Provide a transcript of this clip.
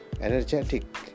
energetic